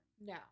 No